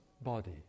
body